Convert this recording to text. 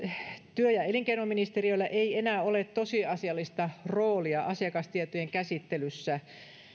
työ ja elinkeinoministeriöllä ei enää ole tosiasiallista roolia asiakastietojen käsittelyssä